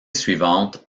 suivante